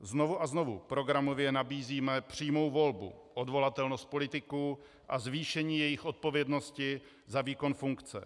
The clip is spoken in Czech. Znovu a znovu programově nabízíme přímou volbu, odvolatelnost politiků a zvýšení jejich odpovědnosti za výkon jejich funkce.